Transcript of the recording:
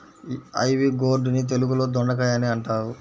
ivy gourd ని తెలుగులో దొండకాయ అని అంటారు